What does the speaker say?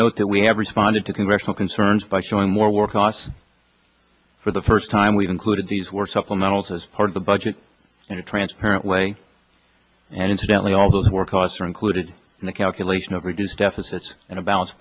note that we have responded to congressional concerns by showing more war costs for the first time we've included these work supplementals as part of the budget in a transparent way and incidentally all those war costs are included in the calculation of reduce deficits and a balance